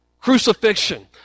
crucifixion